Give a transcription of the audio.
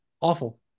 awful